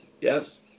Yes